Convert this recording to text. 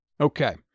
Okay